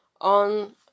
On